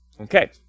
Okay